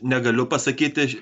negaliu pasakyti